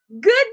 Good